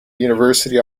university